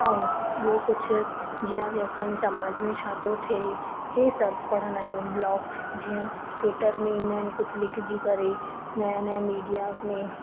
ऐं ॿियो कुझु जीअं अॼु असांजी समाज में छा थो थिए हे सभु पढ़ंदा आहियूं ब्लॉक्स जीअं ट्विटर में ईंदा आहिनि कुझु लिखजी करे नया नया मीडियाज में